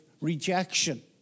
rejection